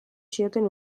zioten